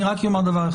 אני רק אומר דבר אחד.